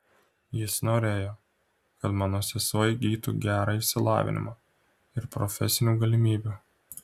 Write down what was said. jis norėjo kad mano sesuo įgytų gerą išsilavinimą ir profesinių galimybių